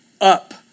up